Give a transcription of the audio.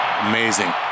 Amazing